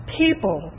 people